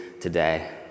today